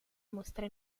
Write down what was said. mostra